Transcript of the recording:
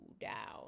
down